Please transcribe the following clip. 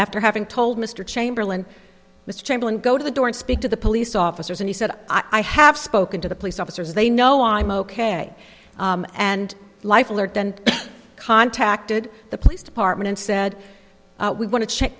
after having told mr chamberlain mr chamberlain go to the door and speak to the police officers and he said i have spoken to the police officers they know i'm ok and life alert then contacted the police department and said we want to check